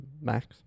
max